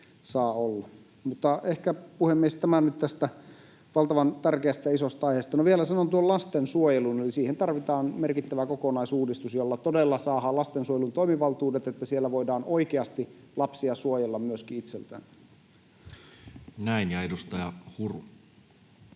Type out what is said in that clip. Mutta ehkä, puhemies, tämä nyt tästä valtavan tärkeästä ja isosta aiheesta. No vielä sanon tuon lastensuojelun, eli siihen tarvitaan merkittävä kokonaisuudistus, jolla todella saadaan lastensuojeluun toimivaltuudet, niin että siellä voidaan oikeasti lapsia suojella myöskin itseltään. [Speech 200]